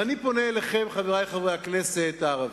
ואני פונה אליכם, חברי חברי הכנסת הערבים,